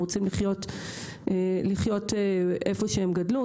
הם רוצים לחיות איפה שהם גדלו,